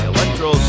Electro